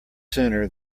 sooner